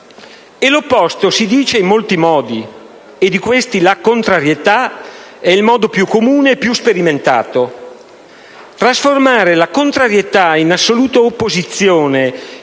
L'opposto si dice in molti modi, e di questi la contrarietà è il modo più comune e più sperimentato.